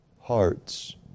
hearts